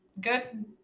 Good